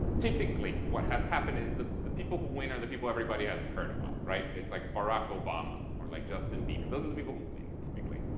typically, what has happened is the the people who win are the people everybody has heard about. right? it's like barack obama or like justin bieber. those are the people who win, typically.